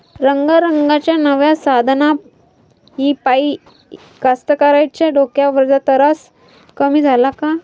रंगारंगाच्या नव्या साधनाइपाई कास्तकाराइच्या डोक्यावरचा तरास कमी झाला का?